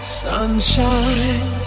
sunshine